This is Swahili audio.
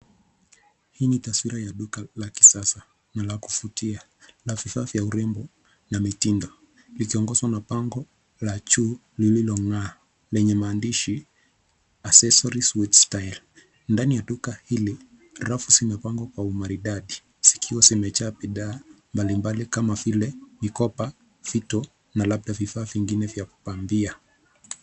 Hii ni taswira ya duka la kisasa na la kuvutia na vifaa vya urembo na mitindo likiongozwa na bango la juu lililong'aa lenye maandishi accessories with style . Ndani ya duka hili rafu zimepangwa kwa umaridadi zikiwa zimejaa vifaa mbalimbali kama vile vikopa, vito na labda vifaa vingine vya kupambia.